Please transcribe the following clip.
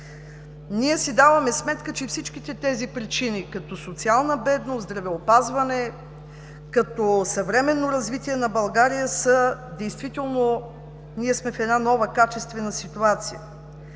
Ние си даваме сметка, че всичките тези причини като социална бедност, здравеопазване – като съвременно развитие на България, действително сме в една нова качествена ситуация.